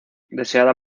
deseada